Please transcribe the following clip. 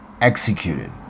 executed